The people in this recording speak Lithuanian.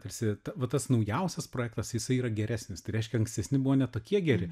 tarsi va tas naujausias projektas jisai yra geresnis tai reiškia ankstesni buvo ne tokie geri